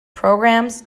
programs